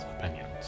opinions